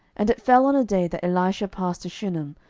and it fell on a day, that elisha passed to shunem,